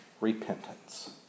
repentance